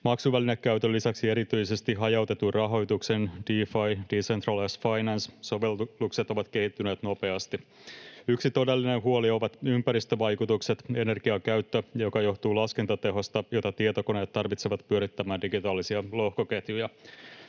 Maksuvälinekäytön lisäksi erityisesti hajautetun rahoituksen — DeFi, decentralized finance — sovellukset ovat kehittyneet nopeasti. Yksi todellinen huoli ovat ympäristövaikutukset, energiankäyttö, joka johtuu laskentatehosta, jota tietokoneet tarvitsevat pyörittämään digitaalisia lohkoketjuja.